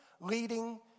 leading